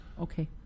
okay